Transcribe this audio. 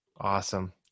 Awesome